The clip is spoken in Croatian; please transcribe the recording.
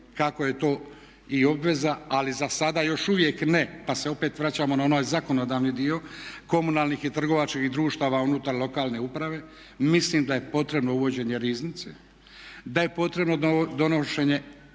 kako je to i obveza ali za sada još uvijek ne, pa se opet vraćamo na onaj zakonodavni dio komunalnih i trgovačkih društava unutar lokalne uprave. Mislim da je potrebno uvođenje riznice, da je potrebno donošenje